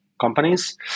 companies